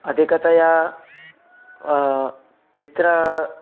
अधिकतया चित्रं